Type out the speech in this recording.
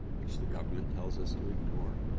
which the government tells us to ignore,